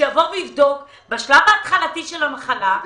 שיבדוק בשלב ההתחלתי של המחלה,